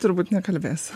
turbūt nekalbės